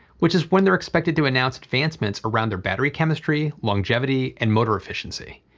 which is when they're expected to announce advancements around their battery chemistry, longevity, and motor efficiency.